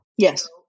Yes